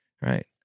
Right